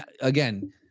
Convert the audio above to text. Again